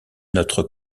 notre